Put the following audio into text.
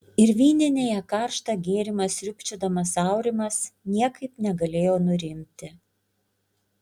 ir vyninėje karštą gėrimą sriubčiodamas aurimas niekaip negalėjo nurimti